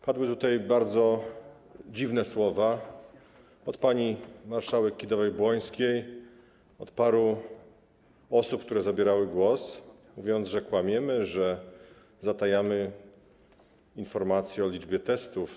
Padły tutaj bardzo dziwne słowa pani marszałek Kidawy-Błońskiej, paru osób, które zabierały głos - że kłamiemy, że zatajamy informacje o liczbie testów.